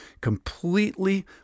completely